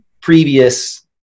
previous